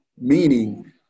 meaning